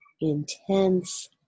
intense